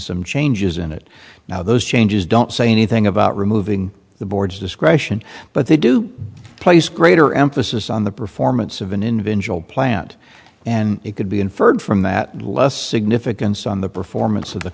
some changes in it now those changes don't say anything about removing the board's discretion but they do place greater emphasis on the performance of an individual plant and it could be inferred from that and less significance on the performance of the